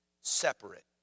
Separate